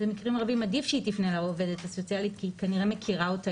שבמקרים רבים עדיף היא שתפנה לעו"ס כי היא כנראה מכירה אותה